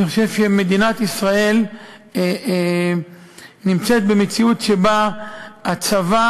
אני חושב שמדינת ישראל נמצאת במציאות שבה הצבא